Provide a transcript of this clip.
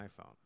iPhone